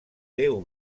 déu